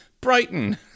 Brighton